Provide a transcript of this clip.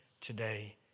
today